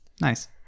nice